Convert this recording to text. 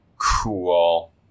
cool